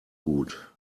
gut